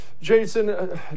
Jason